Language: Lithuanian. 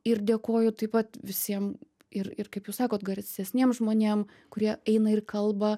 ir dėkoju taip pat visiem ir ir kaip jūs sakot garsesniem žmonėm kurie eina ir kalba